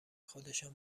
خودشان